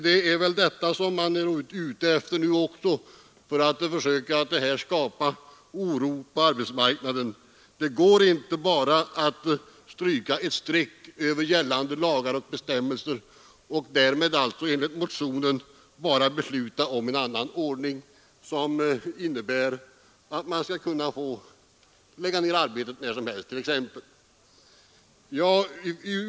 Det är väl den saken man är ute efter nu också, att försöka skapa oro på arbetsmarknaden. Det går inte bara att stryka ett streck över gällande lagar och bestämmelser och därmed enligt motionen bara besluta om en annan ordning som innebär att man skall kunna få lägga ned arbetet när som helst t.ex.